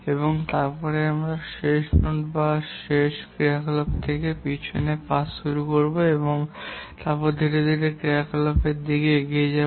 এবং তারপরে আমরা শেষ নোড বা শেষ ক্রিয়াকলাপ থেকে পিছনে পাস শুরু করব এবং তারপরে ধীরে ধীরে প্রথম ক্রিয়াকলাপের দিকে এগিয়ে যাই